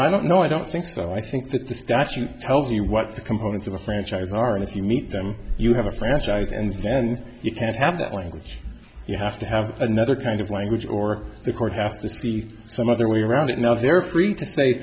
i don't know i don't think so i think that the statute tells you what the components of a franchise are and if you meet them you have a franchise and then you can have that language you have to have another kind of language or the court has to see some other way around it now they're free to say